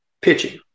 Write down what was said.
pitching